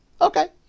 Okay